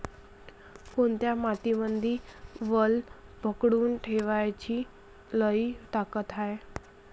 कोनत्या मातीमंदी वल पकडून ठेवण्याची लई ताकद हाये?